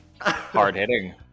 Hard-hitting